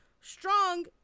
strong